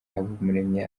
habumuremyi